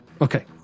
okay